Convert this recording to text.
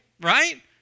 right